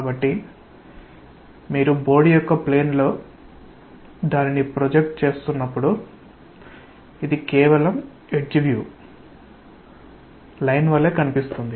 మరియు మీరు బోర్డు యొక్క ప్లేన్ లో దాని ప్రొజెక్షన్ చూస్తున్నప్పుడు ఇది కేవలం ఎడ్జ్ వ్యూ లైన్ వలె కనిపిస్తుంది